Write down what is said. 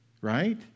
right